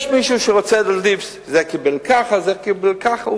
יש מישהו שרוצה להדליף, זה קיבל ככה, זה קיבל ככה.